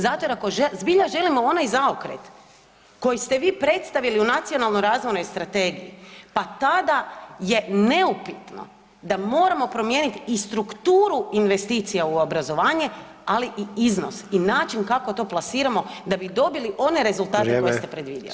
Zato jer ako zbilja želimo onaj zaokret koji ste vi predstavili u nacionalnoj razvojnoj strategiji pa tada je neupitno da moramo promijeniti i strukturu investicija u obrazovanje, ali i iznos i način kako to plasiramo da bi dobili one rezultate koje ste predvidjeli.